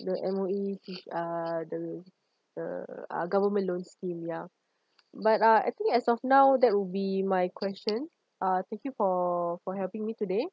the M_O_E which are the the uh government loan scheme yeah but uh I think as of now that would be my question uh thank you for for helping me today